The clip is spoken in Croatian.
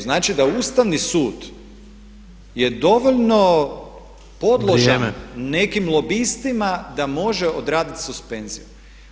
Znači da Ustavni sud je dovoljno podložan nekim lobistima da može odraditi suspenziju.